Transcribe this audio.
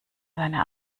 seine